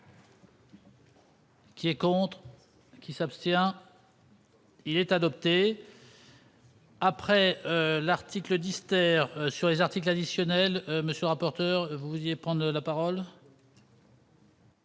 Qui est contre qui s'abstient. Il est adopté. Après l'article Dister sur les articles additionnels monsieur rapporteur Vouziers, prendre la parole.